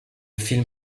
film